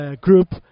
group